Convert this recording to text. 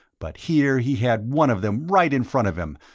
but here he had one of them right in front of him,